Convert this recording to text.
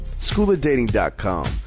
SchoolofDating.com